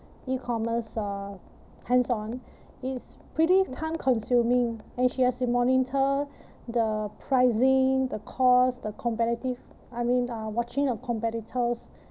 E-commerce uh hands-on it's pretty time-consuming and she has to monitor the pricing the cost the competitive I mean uh watching her competitors